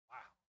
Wow